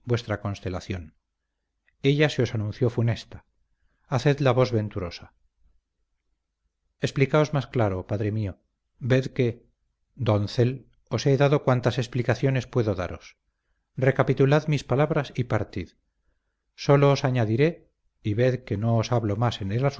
vuestra constelación ella se os anunció funesta hacedla vos venturosa explicaos más claro padre mío ved que doncel os he dado cuantas explicaciones puedo daros recapitulad mis palabras y partid sólo os añadiré y ved que no os hablo más en el